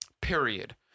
Period